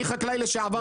אני חקלאי לשעבר,